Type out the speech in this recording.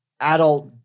adult